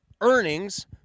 earnings